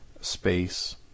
space